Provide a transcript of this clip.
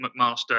McMaster